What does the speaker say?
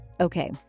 okay